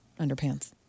underpants